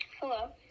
Hello